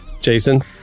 Jason